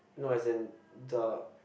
no as in the